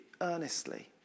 earnestly